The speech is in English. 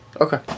Okay